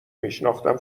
میشناختم